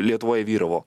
lietuvoj vyravo